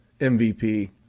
MVP